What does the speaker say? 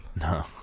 No